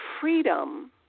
freedom